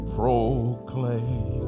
proclaim